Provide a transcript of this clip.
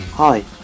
Hi